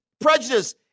prejudice